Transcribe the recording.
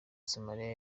somalia